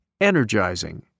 Energizing